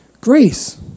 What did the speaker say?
Grace